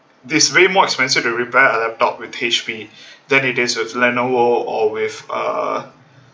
it's way more expensive to repair a laptop with H_P than it is with lenovo or with uh